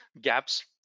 gaps